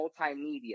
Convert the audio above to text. multimedia